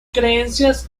creencias